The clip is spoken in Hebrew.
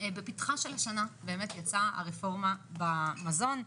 בפתחה של השנה באמת יצאה הרפורמה במזון,